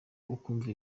ukumva